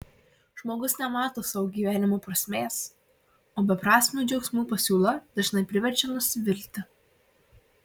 žmogus nemato savo gyvenimo prasmės o beprasmių džiaugsmų pasiūla dažnai priverčia nusivilti